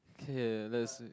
okay let's